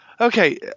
Okay